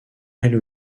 elle